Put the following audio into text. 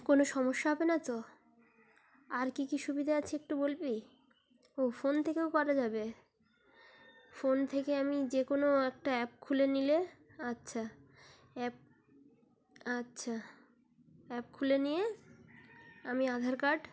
কোনো সমস্যা হবে না তো আর কী কী সুবিধা আছে একটু বলবি ও ফোন থেকেও করা যাবে ফোন থেকে আমি যে কোনো একটা অ্যাপ খুলে নিলে আচ্ছা অ্যাপ আচ্ছা অ্যাপ খুলে নিয়ে আমি আধার কার্ড